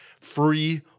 free